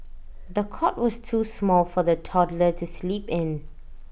the cot was too small for the toddler to sleep in